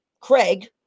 craig